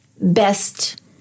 Best